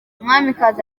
umwamikazi